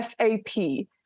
FAP